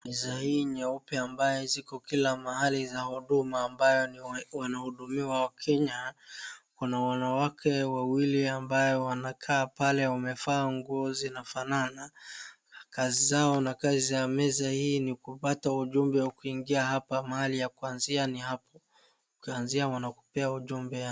Meza hii nyeupe ambayo ziko kila mahali za huduma ambayo wanahudumiwa wakenya, kuna wanawake wawili ambao wamekaa pale wanavaa nguo zinafanana, kazi zao na kazi za meza hii ni kupata ujumbe kuingia hapa, mahali ya kuanzia ni hapo. Ukianzia wanakupea ujumbe ya.